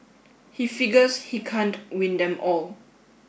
he figures he can't win them all